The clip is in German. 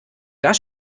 das